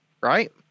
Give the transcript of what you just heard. right